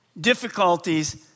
difficulties